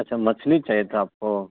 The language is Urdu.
اچھا مچھلی چاہیے تھا آپ کو